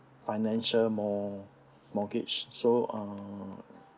financial mor~ mortgage so um